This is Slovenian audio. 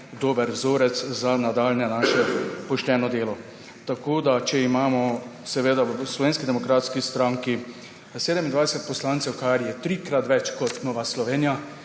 dober vzorec za naše nadaljnje pošteno delo. Če imamo v Slovenski demokratski stranki 27 poslancev, kar je trikrat več kot Nova Slovenija,